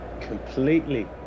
Completely